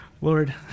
Lord